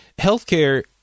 healthcare